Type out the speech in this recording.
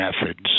methods